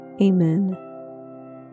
Amen